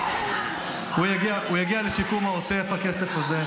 ------- הוא יגיע לשיקום העוטף, הכסף הזה.